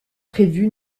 prévu